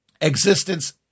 existence